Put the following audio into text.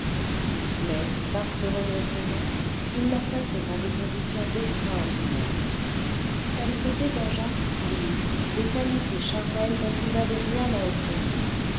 mais par ce renoncement il la plaçait en des conditions extraordinaires elle se dégagea pour lui des qualités charnelles dont il n'avait rien à obtenir